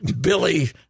Billy